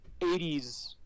80s